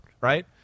right